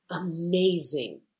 amazing